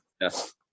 Yes